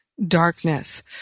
darkness